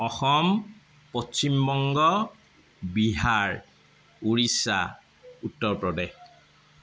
Assam Paschim Banga Bihar Orissa Uttar Pradesh